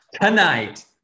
tonight